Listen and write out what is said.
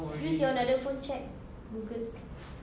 use your another phone check google